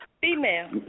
Female